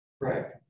Right